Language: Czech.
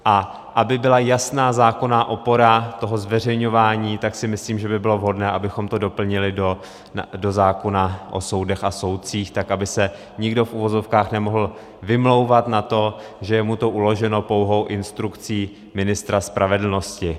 A aby byla jasná zákonná opora toho zveřejňování, tak si myslím, že by bylo vhodné, abychom to doplnili do zákona o soudech a soudcích tak, aby se nikdo nemohl vymlouvat na to, že je mu to uloženo pouhou instrukcí ministra spravedlnosti.